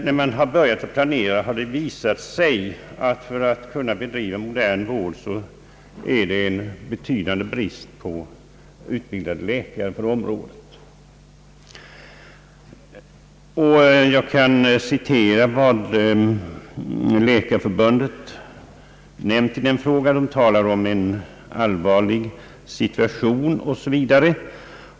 När man har börjat planera för modern vård har det visat sig att det råder en betydande brist på utbildade läkare på området vilket fördröjer planeringen. Läkarförbundet har i denna fråga talat om »en allvarlig situation» m.m.